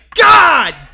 God